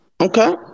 Okay